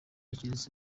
keretse